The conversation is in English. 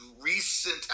recent